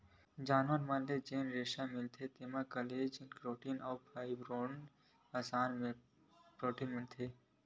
जानवर मन ले जेन रेसा मिलथे तेमा कोलेजन, केराटिन अउ फाइब्रोइन असन प्रोटीन मिलथे